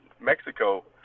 Mexico